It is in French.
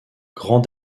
grant